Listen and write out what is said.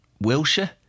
Wilshire